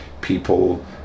people